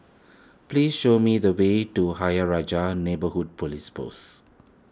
please show me the way to Ayer Rajah Neighbourhood Police Post